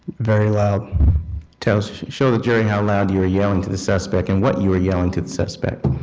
very loud tell us show the jury how loud you were yelling to the suspect and what you were yelling to the suspect